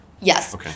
Yes